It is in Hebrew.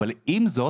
אבל עם זאת,